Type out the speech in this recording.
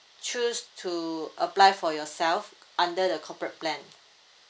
choose to apply for yourself under the corporate plan